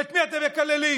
את מי אתם מקללים?